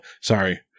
sorry